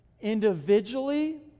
individually